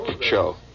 show